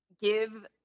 Give